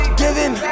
giving